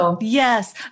Yes